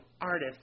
artist